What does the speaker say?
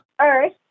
Earth